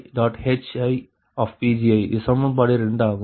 HiPgi இது சமன்பாடு 2 ஆகும்